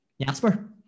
Jasper